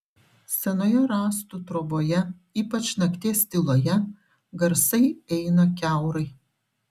senoje rąstų troboje ypač nakties tyloje garsai eina kiaurai